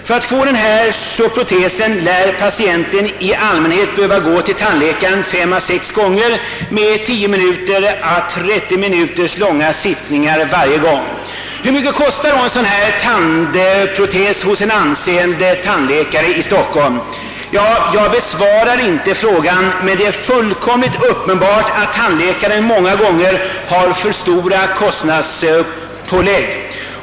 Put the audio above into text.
För att få denna protes lär patienten i allmänhet behöva gå till tandläkaren fem till sex gånger, med tio till trettio minuter långa sittningar varje gång. Hur mycket kostar en sådan tandprotes hos en ansedd tandläkare i Stockholm? Jag besvarar inte frågan, men det är fullkomligt uppenbart att tandläkaren många gånger gör för stora kostnadspålägg.